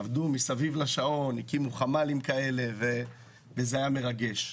עבדו מסביב לשעון, הקימו חמ"לים וזה היה מרגש.